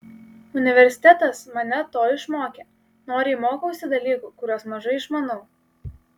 universitetas mane to išmokė noriai mokausi dalykų kuriuos mažai išmanau